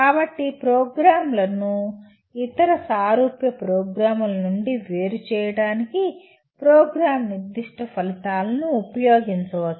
కాబట్టి ప్రోగ్రామ్ను ఇతర సారూప్య ప్రోగ్రామ్ల నుండి వేరు చేయడానికి ప్రోగ్రామ్ నిర్దిష్ట ఫలితాలను ఉపయోగించవచ్చు